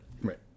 Right